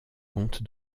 comte